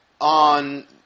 on